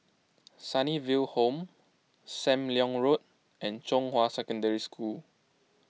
Sunnyville Home Sam Leong Road and Zhonghua Secondary School